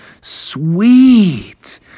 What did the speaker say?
sweet